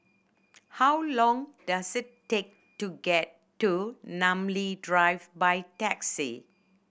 how long does it take to get to Namly Drive by taxi